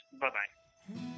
Bye-bye